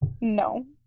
No